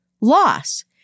loss